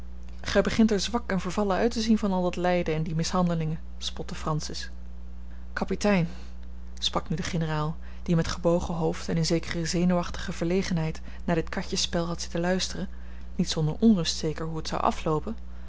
gij begint er zwak en vervallen uit te zien van al dat lijden en die mishandelingen spotte francis kapitein sprak nu de generaal die met gebogen hoofd en in zekere zenuwachtige verlegenheid naar dit katjesspel had zitten luisteren niet zonder onrust zeker hoe het zou afloopen